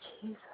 Jesus